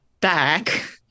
back